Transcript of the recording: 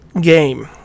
game